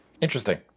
Interesting